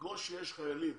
כמו שיש חיילים